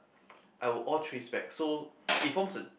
I would all chase back of it forms a